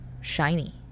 shiny